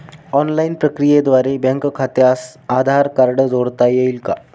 Online प्रक्रियेद्वारे bank खात्यास Aadhaar card जोडता येईल का?